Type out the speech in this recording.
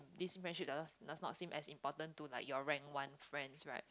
this relationship does does not seem as important to like your rank one friends right